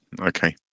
Okay